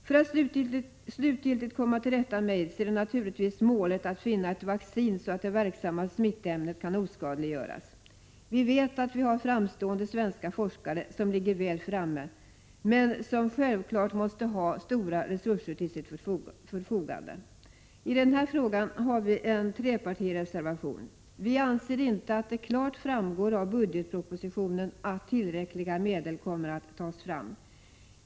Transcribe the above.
För att slutgiltigt komma till rätta med aids är naturligtvis målet att finna ett vaccin, så att det verksamma smittämnet kan oskadliggöras. Vi vet att vi har framstående svenska forskare som ligger väl framme, men som självfallet måste ha stora resurser till sitt förfogande. I denna fråga finns en trepartireservation. Vi anser inte att det klart framgår av budgetpropositionen att tillräckliga medel kommer att tas fram.